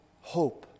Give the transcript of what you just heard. hope